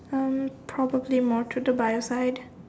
um probably more to the Bio side